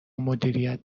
مدیریت